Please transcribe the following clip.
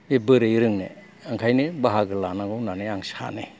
बे बोरै रोंनो ओंखायनो बाहागो लानांगौ होननानै आं सानो